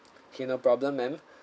okay no problem ma'am